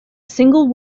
single